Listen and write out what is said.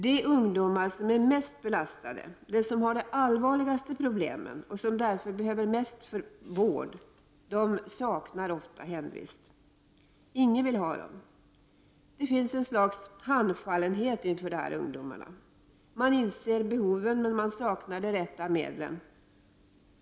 De ungdomar som är mest belastade, som har de allvarligaste problemen och som därför har det största behovet av vård saknar ofta hemvist. Ingen vill ha dem. Det finns ett slags handfallenhet inför dessa ungdomar. Myndigheterna inser behoven men saknar de rätta medlen.